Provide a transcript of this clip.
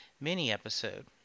mini-episode